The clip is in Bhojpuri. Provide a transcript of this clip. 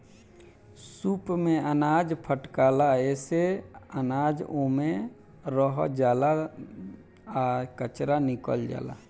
सूप से अनाज फटकाला एसे अनाज ओमे रह जाला आ कचरा निकल जाला